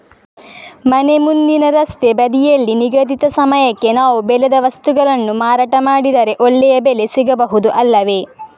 ಮನೆ ಮುಂದಿನ ರಸ್ತೆ ಬದಿಯಲ್ಲಿ ನಿಗದಿತ ಸಮಯಕ್ಕೆ ನಾವು ಬೆಳೆದ ವಸ್ತುಗಳನ್ನು ಮಾರಾಟ ಮಾಡಿದರೆ ಒಳ್ಳೆಯ ಬೆಲೆ ಸಿಗಬಹುದು ಅಲ್ಲವೇ?